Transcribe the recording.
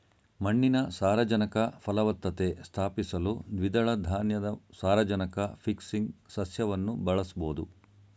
ಮಣ್ಣಿನ ಸಾರಜನಕ ಫಲವತ್ತತೆ ಸ್ಥಾಪಿಸಲು ದ್ವಿದಳ ಧಾನ್ಯದ ಸಾರಜನಕ ಫಿಕ್ಸಿಂಗ್ ಸಸ್ಯವನ್ನು ಬಳಸ್ಬೋದು